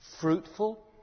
fruitful